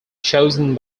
chosen